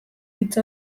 hitz